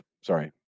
Sorry